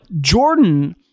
Jordan